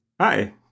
Hi